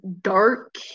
dark